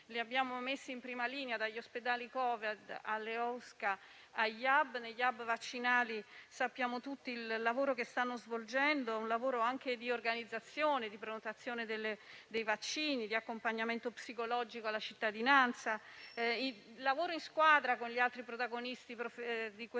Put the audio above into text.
Li abbiamo messi in prima linea, dagli ospedali Covid, alle USCA, agli *hub* vaccinali. Sappiamo tutti il lavoro che stanno svolgendo, un lavoro anche di organizzazione, di prenotazione dei vaccini, di accompagnamento psicologico alla cittadinanza, un lavoro in squadra con gli altri protagonisti di queste